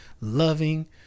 loving